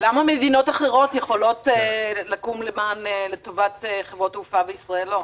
למה מדינות אחרות יכולות לקום לטובת חברות תעופה ואילו ישראל לא?